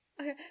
Okay